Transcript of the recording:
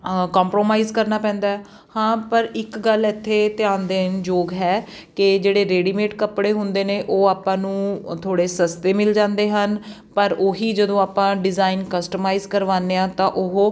compromise ਕਰਨਾ ਪੈਂਦਾ ਹਾਂ ਪਰ ਇੱਕ ਗੱਲ ਇੱਥੇ ਧਿਆਨ ਦੇਣ ਯੋਗ ਹੈ ਕਿ ਜਿਹੜੇ ਰੇਡੀਮੇਡ ਕੱਪੜੇ ਹੁੰਦੇ ਨੇ ਉਹ ਆਪਾਂ ਨੂੰ ਥੋੜ੍ਹੇ ਸਸਤੇ ਮਿਲ ਜਾਂਦੇ ਹਨ ਪਰ ਉਹ ਹੀ ਜਦੋਂ ਆਪਾਂ ਡਿਜ਼ਾਇਨ ਕਸਟਮਾਈਜ਼ ਕਰਵਾਉਂਦੇ ਹਾਂ ਤਾਂ ਉਹ